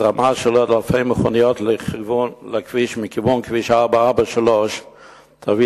הזרמה של עוד אלפי מכוניות מכיוון כביש 443 תביא